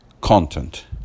content